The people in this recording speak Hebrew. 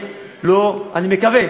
אני מקווה,